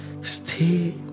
stay